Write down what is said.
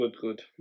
good